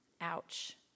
Ouch